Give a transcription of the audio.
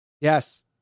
Yes